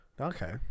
Okay